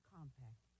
Compact